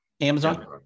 Amazon